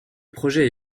projet